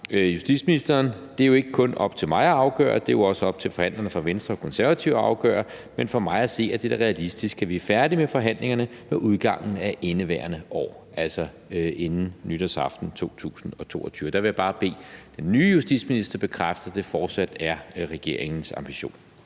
justitsministeren: »Det er jo ikke kun op til mig at afgøre. Det er jo også op til forhandlerne fra Venstre og fra Konservative at afgøre. Men for mig at se er det da realistisk, at vi er færdige med forhandlingerne med udgangen af indeværende år« – altså inden nytårsaften 2022. Der vil jeg bare bede den nye justitsminister bekræfte, at det fortsat er regeringens ambition.